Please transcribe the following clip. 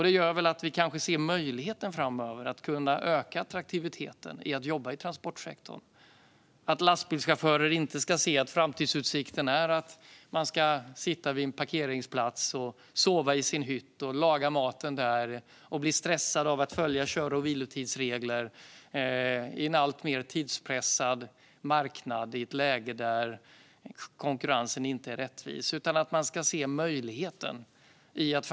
Det gör att vi framöver kan öka attraktiviteten i att jobba i transportsektorn. Lastbilschaufförer ska inte ha som framtidsutsikt att sitta på en parkeringsplats, sova i sin hytt, laga maten där, bli stressad av att följa kör och vilotidsregler i en alltmer tidspressad marknad i ett läge där rättvis konkurrens inte råder.